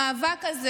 המאבק הזה